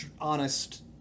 honest